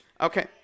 Okay